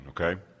okay